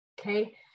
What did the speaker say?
okay